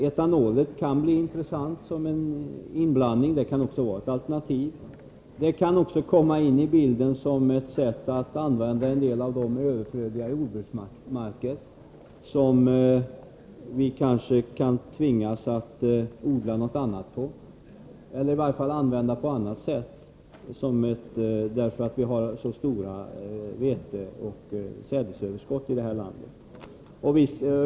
Etanolen kan bli intressant som en inblandning. Den kan också vara ett alternativ. Den kan också komma in i bilden som ett sätt att använda en del av de överflödiga jordbruksmarker som vi kanske kan tvingas att odla någonting annat på, eller i varje fall använda på alternativt sätt, därför att vi har så stora sädesöverskott i detta land.